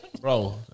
Bro